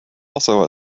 also